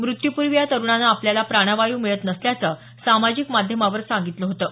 मृत्यूपूर्वी या तरुणानं आपल्याला प्राणवायू मिळत नसल्याचं सामाजिक माध्यमावर सांगितलं होतं